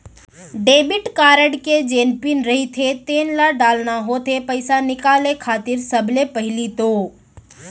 debit card के जेन PIN रहिथे तेन ल डालना होथे पइसा निकाले खातिर सबले पहिली तो